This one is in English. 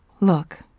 Look